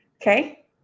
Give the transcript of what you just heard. Okay